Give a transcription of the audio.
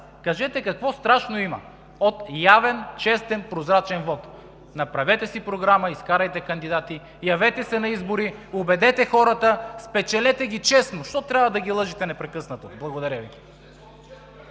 Кажете какво страшно има от явен, честен, прозрачен вот! Направете си програма, изкарайте кандидати, явете се на избори, убедете хората, спечелете ги честно! Защо трябва да ги лъжете непрекъснато? Благодаря Ви.